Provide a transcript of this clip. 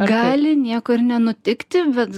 gali nieko ir nenutikti bet